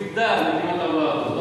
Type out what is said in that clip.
תעסוקה,